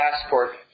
passport